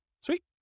Sweet